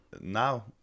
now